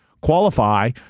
qualify